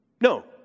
No